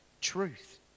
truth